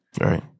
Right